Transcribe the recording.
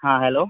हाँ हेलो